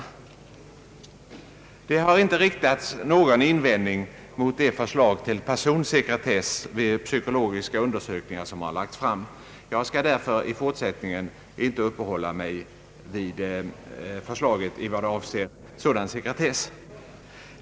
Det har inte riktats någon invändning mot det förslag till personsekretess vid psykologiska undersökningar som lagts fram. Jag skall därför inte i fortsättningen uppehålla mig vid förslaget i vad det avser sådan sekretess.